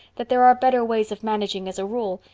that there are better ways of managing as a rule,